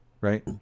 Right